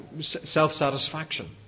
self-satisfaction